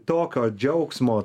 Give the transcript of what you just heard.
tokio džiaugsmo